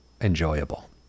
enjoyable